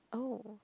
oh